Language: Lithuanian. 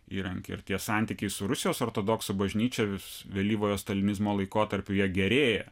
įrankį ir tie santykiai su rusijos ortodoksų bažnyčia vėlyvojo stalinizmo laikotarpiu jie gerėja